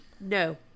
No